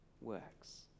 works